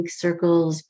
circles